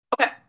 Okay